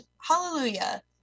Hallelujah